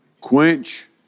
quench